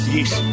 yes